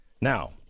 now